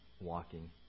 walking